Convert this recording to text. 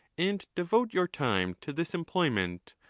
and devote your time to this employment,